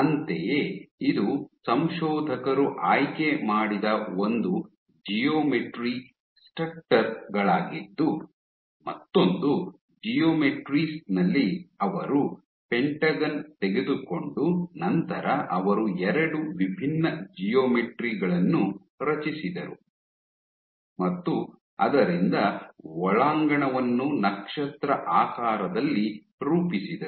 ಅಂತೆಯೇ ಇದು ಸಂಶೋಧಕರು ಆಯ್ಕೆ ಮಾಡಿದ ಒಂದು ಜಿಯೋಮೆಟ್ರಿ ಸ್ಟಟ್ಟರ್ ಗಳಾಗಿದ್ದು ಮತ್ತೊಂದು ಜಿಯೋಮೆಟ್ರಿಸ್ ನಲ್ಲಿ ಅವರು ಪೆಂಟಗನ್ ತೆಗೆದುಕೊಂಡು ನಂತರ ಅವರು ಎರಡು ವಿಭಿನ್ನ ಜಿಯೋಮೆಟ್ರಿ ಗಳನ್ನು ರಚಿಸಿದರು ಮತ್ತು ಅದರಿಂದ ಒಳಾಂಗಣವನ್ನು ನಕ್ಷತ್ರ ಆಕಾರದಲ್ಲಿ ರೂಪಿಸಿದರು